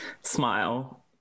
smile